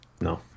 No